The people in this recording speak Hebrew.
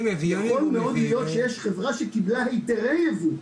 יכול מאוד להיות שיש חברה שקיבלה היתרי ייבוא,